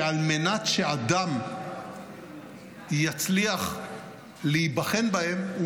שעל מנת שאדם יצליח להיבחן בהם,